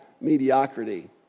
mediocrity